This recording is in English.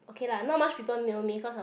okay lah not much people mail me cause I